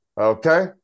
okay